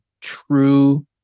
true